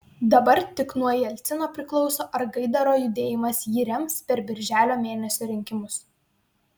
dabar tik nuo jelcino priklauso ar gaidaro judėjimas jį rems per birželio mėnesio rinkimus